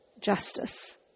justice